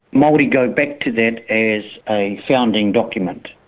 maori go back to that as a founding document,